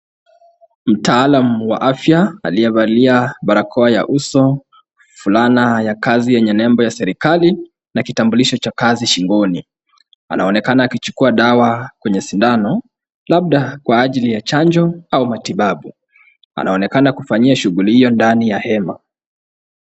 Mtaalam wa afya aliyevalia barakoa ya uso, fulana ya kazi yenye nembo ya serikali na kitambulisho cha kazi shingoni, anaonekana akichukua dawa kwenye sindano labda kwa ajili ya chanjo au matibabu. Anaonekana kufanyia shughuli hiyo ndani ya hema.